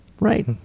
right